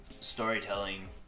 storytelling